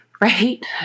Right